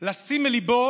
לשים אל ליבו,